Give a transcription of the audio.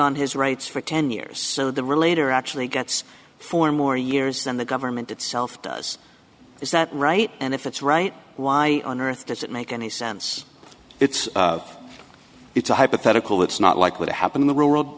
on his rights for ten years so the relator actually gets four more years than the government itself does is that right and if it's right why on earth does it make any sense it's it's a hypothetical it's not likely to happen in the real world